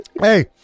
Hey